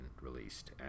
released